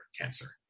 cancer